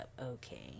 Okay